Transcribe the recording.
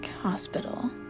hospital